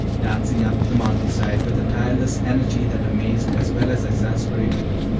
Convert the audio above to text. dancing up the mountain-side with a tireless energy that amazed as well as exasperated me.